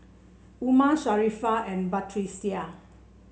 Umar Sharifah and Batrisya